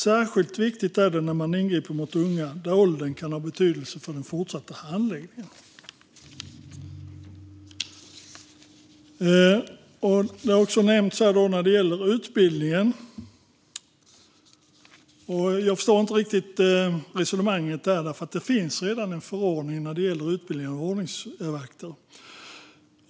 Särskilt viktigt är det när man ingriper mot unga, där åldern kan ha betydelse för den fortsatta handläggningen. Utbildningen har också nämnts här. Jag förstår inte riktigt resonemanget där, för det finns redan en förordning som gäller utbildning av ordningsvakter.